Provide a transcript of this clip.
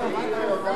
אני מנסה.